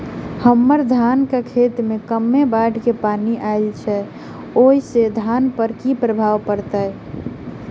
हम्मर धानक खेत मे कमे बाढ़ केँ पानि आइल अछि, ओय सँ धान पर की प्रभाव पड़तै?